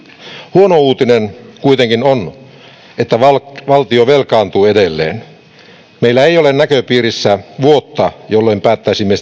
huono uutinen kuitenkin on että valtio velkaantuu edelleen meillä ei ole näköpiirissä vuotta jolloin päättäisimme